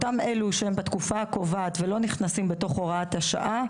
אותם אלה שהם בתקופה הקובעת ולא נכנסים בתוך הוראת השעה,